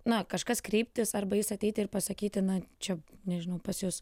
na kažkas kreiptis arba jis ateiti ir pasakyti na čia nežinau pas jus